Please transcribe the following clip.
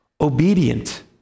obedient